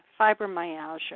fibromyalgia